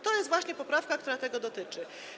To jest właśnie poprawka, która tego dotyczy.